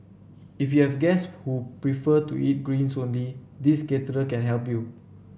if you have guests who prefer to eat greens only this caterer can help you